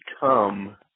become